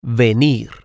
venir